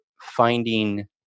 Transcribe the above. finding